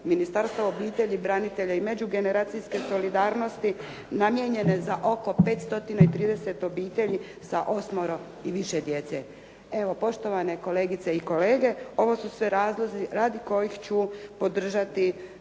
Ministarstva obitelji, branitelja i međugeneracijske solidarnosti namijenjene za oko 530 obitelji sa osmoro i više djece. Evo, poštovane kolegice i kolege, ovo su sve razlozi radi kojih ću podržati